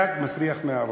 הדג מסריח מהראש.